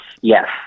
Yes